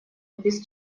без